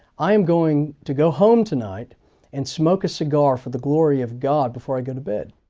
i am going to go home tonight and smoke a cigar for the glory of god before i go to bed.